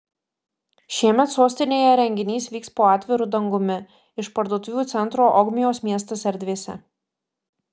šiemet sostinėje renginys vyks po atviru dangumi išparduotuvių centro ogmios miestas erdvėse